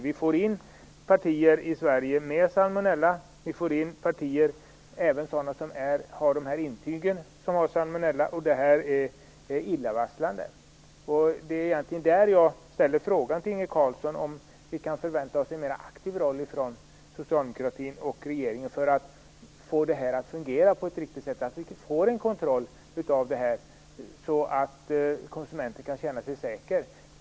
Vi får nu till Sverige in partier som är salmonellasmittade, och det gäller även de partier som har intyg. Detta är illavarslande. Därför ställer jag frågan till Inge Carlsson om vi kan förvänta oss en mer aktiv roll från socialdemokratin och regeringen för att få kontrollen att fungera, så att konsumenten kan känna sig säker.